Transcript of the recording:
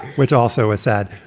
which also is sad.